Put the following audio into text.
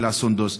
של סונדוס,